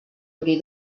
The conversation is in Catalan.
obrir